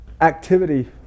activity